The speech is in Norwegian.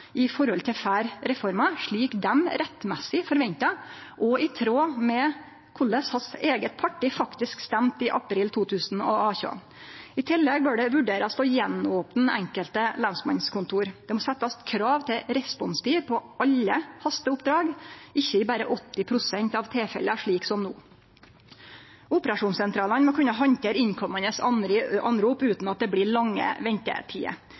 i forhold til før reforma, slik dei rettmessig forventar, og i tråd med korleis hans eige parti faktisk stemde i april 2018. I tillegg bør det vurderast å opne på nytt enkelte lensmannskontor. Det må stillast krav til responstid på alle hasteoppdrag, ikkje berre i 80 pst. av tilfella, slik som no. Operasjonssentralane må kunne handtere innkomande meldingar utan at det blir lange